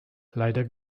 leider